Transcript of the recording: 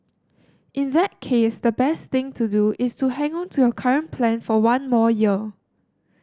in that case the best thing to do is to hang on to your current plan for one more year